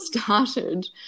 started